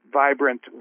vibrant